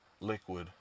Liquid